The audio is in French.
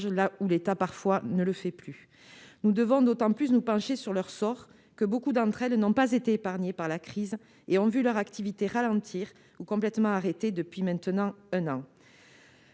là où l'État, parfois, ne le fait plus. Nous devons d'autant plus nous pencher sur leur sort que nombre d'entre elles n'ont pas été épargnées par la crise et ont vu leur activité ralentir ou s'interrompre complètement depuis maintenant un an.